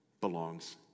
belongs